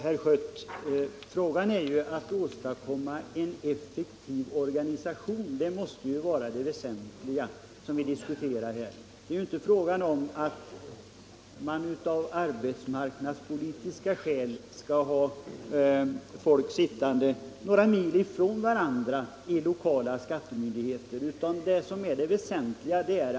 Fru talman! Det väsentliga, herr Schött, måste ju vara att åstadkomma en effektiv organisation, inte att tjänstemännen av arbetsmarknadspolitiska skäl skall placeras ut på de lokala skattemyndigheterna med några mils avstånd från varandra.